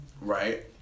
Right